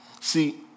See